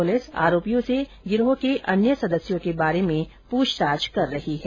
police आरोपियों से गिरोह के अन्य सदस्यों के बारे में पुछताछ कर रही है